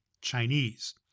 Chinese